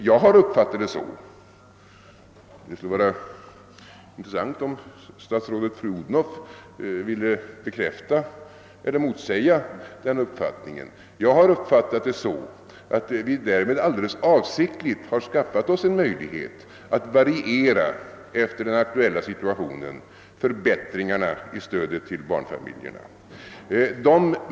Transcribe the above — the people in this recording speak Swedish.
Jag har uppfattat det så — det skulle vara intressant om statsrådet fru Odhnoff ville bekräfta eller motsäga den uppfattningen — att vi därmed avsiktligt har skaffat oss en möjlighet att variera förbättringarna i stödet till barnfamiljerna efter den aktuella situationen.